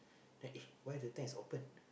then uh why the tent is open